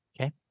Okay